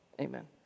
amen